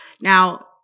Now